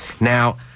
Now